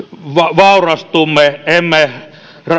vaurastumme emme